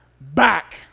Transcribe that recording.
back